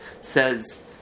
says